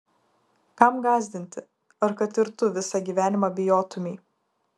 kam gąsdinti ar kad ir tu visą gyvenimą bijotumei